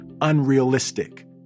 unrealistic